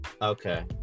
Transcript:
Okay